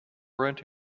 around